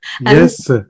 Yes